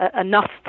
enough